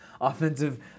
offensive